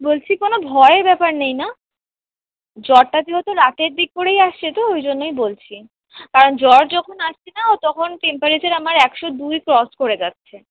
বলছি কোনো ভয়ের ব্যাপার নেই না জ্বরটা কী হতো রাতের দিক করেই আসছে তো ওই জন্যই বলছি কারণ জ্বর যখন আসছে না তখন টেম্পারেচার আমার একশো দুই ক্রস করে যাচ্ছে